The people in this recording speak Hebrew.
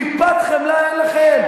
טיפת חמלה אין לכם?